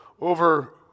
over